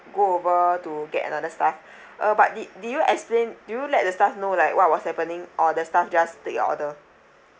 go over to get another staff uh but did did you explain did you let the staff know like what was happening or the staff just take your order